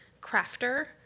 crafter